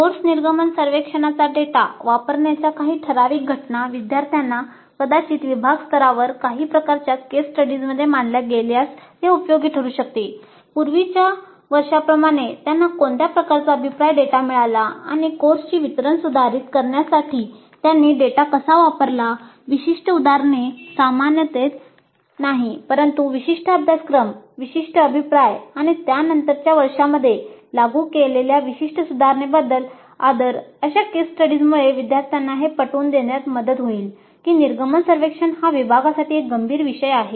course निर्गमन सर्वेक्षणाचा data वापरण्याच्या काही ठराविक घटना विद्यार्थ्यांना कदाचित विभाग स्तरावर काही प्रकारच्या केस स्टडीजमध्ये मांडल्या गेल्यास हे उपयोगी ठरू शकते पूर्वीच्या वर्षांप्रमाणे त्यांना कोणत्या प्रकारचा अभिप्राय डेटा मिळाला आणि कोर्सची वितरण सुधारीत करण्यासाठी त्यांनी डेटा कसा वापरला विशिष्ट उदाहरणे सामान्यतेत नाही परंतु विशिष्ट अभ्यासक्रम विशिष्ट अभिप्राय आणि त्यानंतरच्या वर्षांमध्ये लागू केलेल्या विशिष्ट सुधारणेबद्दल आदर अशा केस स्टडीजमुळे विद्यार्थ्यांना हे पटवून देण्यात मदत होईल की निर्गमन सर्वेक्षण हा विभागासाठी एक गंभीर विषय आहे